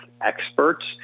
experts